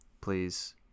Please